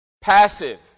Passive